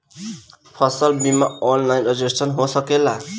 फसल बिमा online registration हो सकेला?